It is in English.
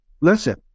listen